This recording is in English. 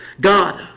God